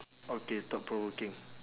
okay thought-provoking